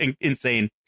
insane